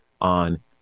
on